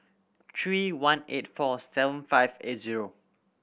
three one eight four seven five eight zero